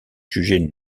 jugé